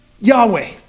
Yahweh